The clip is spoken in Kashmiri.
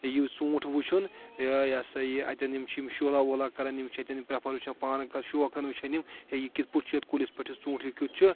تہٕ یہِ ژوٗنٛٹھ وُچھُن ٲں یہِ ہَسا یہِ اَتیٚن یِم چھِ یِم شولا وولا کَران یِم چھِ اَتیٚن یِم پرٛیٚفَر وُچھان پانہٕ شوقَن وُچھان یِم ہے یہِ کِتھ پٲٹھۍ چھُ ییٚتہِ کُلِس پٮ۪ٹھ یہِ ژوٗنٛٹھ یہِ کیٛتھ چھُ